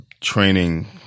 training